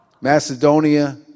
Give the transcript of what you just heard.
Macedonia